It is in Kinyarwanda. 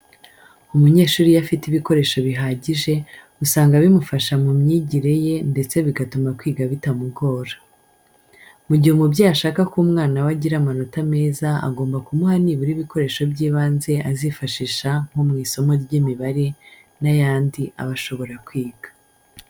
Umunyeshuri iyo afite ibikoresho bihagije, usanga bimufasha mu myigire ye ndetse bigatuma kwiga bitamugora. Mu gihe umubyeyi ashaka ko umwana we agira amanota meza agomba kumuha nibura ibikoresho by'ibanze azifashisha nko mu isomo ry'imibare n'ayandi aba ashobora kwiga.